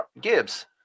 Gibbs